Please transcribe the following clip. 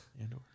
Andor